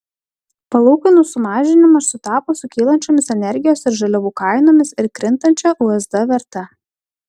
palūkanų sumažinimas sutapo su kylančiomis energijos ir žaliavų kainomis ir krintančia usd verte